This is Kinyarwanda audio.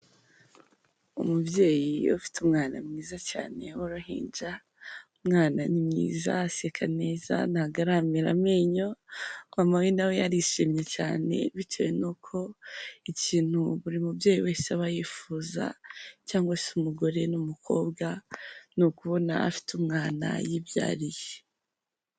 Umubyeyi iyo ufite umwana mwiza cyane w'uruhinja, umwana ni mwiza, aseka neza, ntabwo aramera amenyo, mama we nawe arishimye cyane, bitewe n'uko ikintu buri mubyeyi wese aba yifuza, cyangwa se umugore n'umukobwa, ni ukubona afite umwana yibyariye.